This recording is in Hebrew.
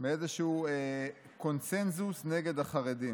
מאיזשהו קונסנזוס נגד החרדים.